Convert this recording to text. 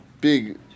big